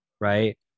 Right